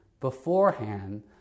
beforehand